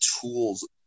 tools